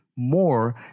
more